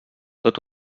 tot